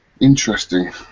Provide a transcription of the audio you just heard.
Interesting